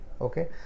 okay